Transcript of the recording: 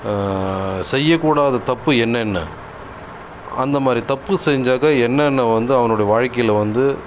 செய்ய கூடாத தப்பு என்னென்ன அந்த மாதிரி தப்பு செய்த என்னென்ன வந்து அவனுடைய வாழ்க்கையில் வந்து